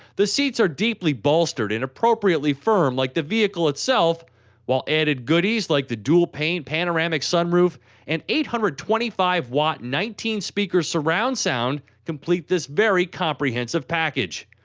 the seats are deeply bolstered and appropriately firm like the vehicle itself while added goodies like the dual pane panoramic sunroof and eight hundred and twenty five watt nineteen speaker surround sound complete this very comprehensive package,